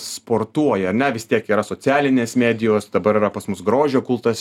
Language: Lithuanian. sportuoja ar ne vis tiek yra socialinės medijos dabar yra pas mus grožio kultas